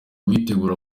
witegura